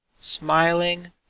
Smiling